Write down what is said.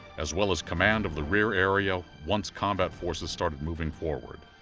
as well as command of the rear areas once combat forces started moving forward.